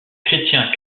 chrétien